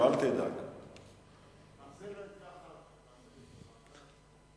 ההצעה להעביר את הצעת חוק לשמירה על זכויותיהם